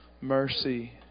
mercy